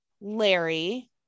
larry